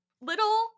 little